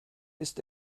ist